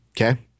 Okay